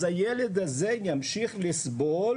אז הילד הזה ימשיך לסבול